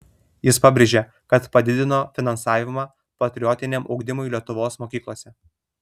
jis pabrėžė kad padidino finansavimą patriotiniam ugdymui lietuvos mokyklose